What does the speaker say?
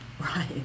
Right